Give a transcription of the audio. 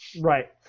Right